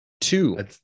Two